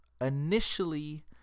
Initially